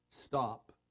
stop